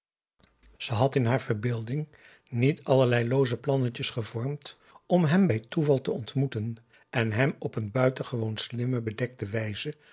slapen had ze in haar verbeelding niet allerlei looze plannetjes gevormd om hem bij toeval te ontmoeten en hem op een buitengewoon slimme bedekte wijze